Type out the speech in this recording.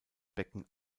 becken